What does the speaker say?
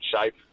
shape